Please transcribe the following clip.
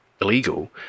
illegal